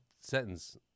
sentence